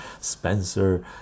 Spencer